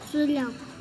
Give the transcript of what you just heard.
su lego